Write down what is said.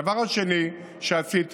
הדבר השני שעשיתם,